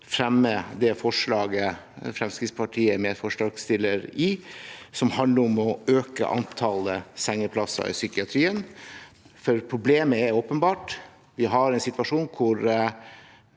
fremme det forslaget Fremskrittspartiet er medforslagsstiller til, som handler om å øke antallet sengeplasser i psykiatrien. Problemet er åpenbart at vi har en situasjon hvor